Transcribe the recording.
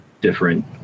different